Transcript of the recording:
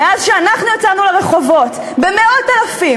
מאז שאנחנו יצאנו לרחובות במאות אלפים,